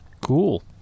Cool